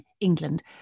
England